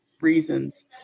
reasons